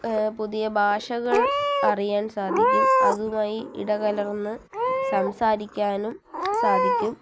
പുതിയ ഭാഷകൾ അറിയാൻ സാധിക്കും അതുമായി ഇടകലർന്ന് സംസാരിക്കാനും സാധിക്കും